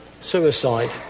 suicide